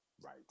Right